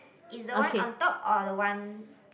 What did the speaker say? is the one on top or the one